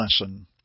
lesson